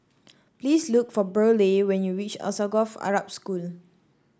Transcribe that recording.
please look for Burleigh when you reach Alsagoff Arab School